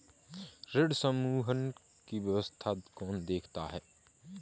ऋण समूहन की व्यवस्था कौन देखता है?